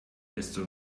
desto